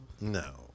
No